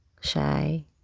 shy